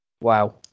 wow